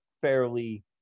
fairly